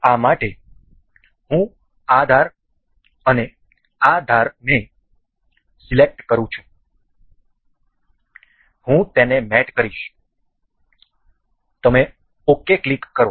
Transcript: આ માટે હું આ ધાર અને આ ધારને સિલેક્ટ કરું છું હું તેને મેટ કરીશ તમે ok ક્લિક કરો